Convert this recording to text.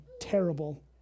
terrible